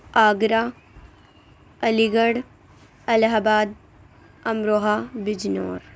Agra Aligarh Allahabad Amroha Bijnor